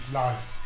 life